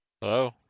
Hello